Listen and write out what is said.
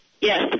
Yes